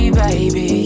baby